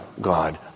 God